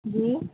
जी